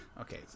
Okay